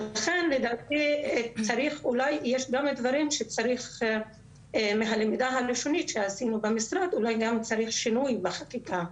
יש באמת דברים שצריך אולי שינוי בחקיקה.